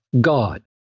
God